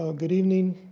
ah good evening,